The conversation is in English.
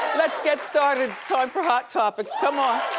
let's get started it's time for hot topics, come on.